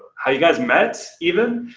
how you guys met even?